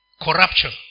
corruption